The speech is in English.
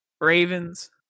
Ravens